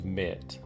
met